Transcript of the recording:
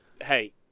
hey